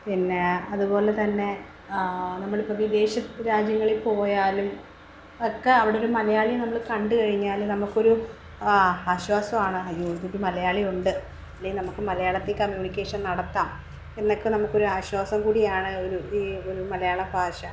പിന്നെ അതുപോലെ തന്നെ നമ്മൾ ഇപ്പം വിദേശ രാജ്യങ്ങളിൽ പോയാലും ഒക്കെ അവിടൊരു മലയാളി നമ്മൾ കണ്ട് കഴിഞ്ഞാൽ നമുക്കൊരു ആശ്വാസമാണ് അയ്യോ ഇവിടൊരു മലയാളി ഉണ്ട് അല്ലെങ്കിൽ നമുക്ക് മലയാളത്തിൽ കമ്മ്യൂണിക്കേഷൻ നടത്താം എന്നൊക്കെ നമുക്കൊരു ആശ്വാസം കൂടിയാണ് ഒരു ഈ ഒരു മലയാള ഭാഷ